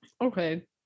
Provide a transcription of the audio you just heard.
Okay